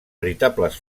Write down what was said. veritables